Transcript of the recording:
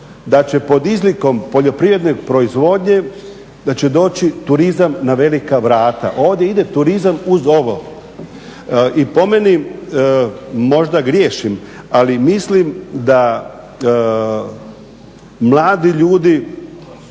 da će pod izlikom poljoprivredne proizvodnje da će doći turizam na velika vrata. Ovdje ide turizam uz ovo i po meni možda griješim ali mislim da mladi ljudi